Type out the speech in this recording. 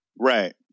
right